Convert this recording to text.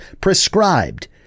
prescribed